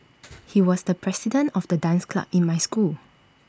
he was the president of the dance club in my school